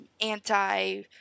anti